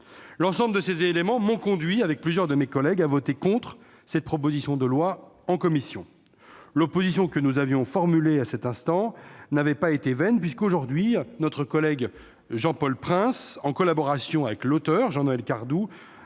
L'ensemble de ces éléments m'a conduit, avec plusieurs de mes collègues, à voter contre cette proposition de loi en commission. L'opposition que nous avons formulée alors n'a pas été vaine, puisque, aujourd'hui, notre collègue Jean-Paul Prince, en collaboration avec l'auteur du texte, Jean-Noël Cardoux,